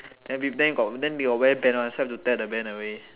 and with them they got wear band one so have to tear the band away